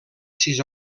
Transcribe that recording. sis